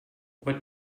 what